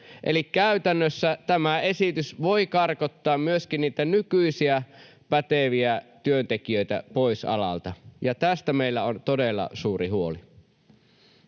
käytännössä tämä esitys voi karkottaa myöskin niitä nykyisiä päteviä työntekijöitä pois alalta, ja tästä meillä on todella suuri huoli.